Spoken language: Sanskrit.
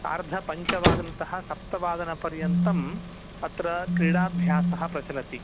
सार्धपञ्चवादनतः सप्तवादनपर्यन्तम् अत्र क्रीडाभ्यासः प्रचलति